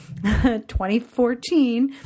2014